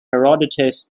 herodotus